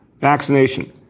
vaccination